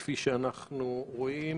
כפי שאנחנו רואים,